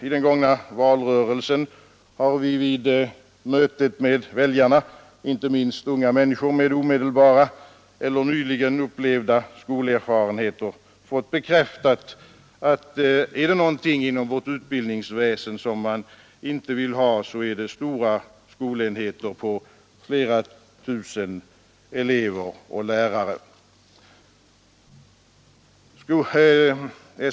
I den gångna valrörelsen har vi vid mötet med väljarna — inte minst unga människor med omedelbara eller nyligen upplevda skolerfarenheter — fått bekräftat att om det är något inom vårt utbildningsväsende man inte vill ha så är det stora skolenheter på flera tusen elever och lärare.